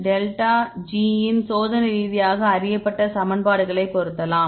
delta ஜிஇன் சோதனை ரீதியாக அறியப்பட்ட சமன்பாடுகளை பொருத்தலாம்